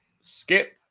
Skip